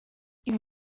ibi